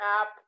app